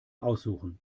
aussuchen